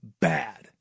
bad